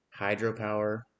hydropower